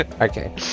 Okay